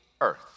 earth